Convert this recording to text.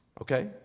Okay